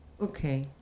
okay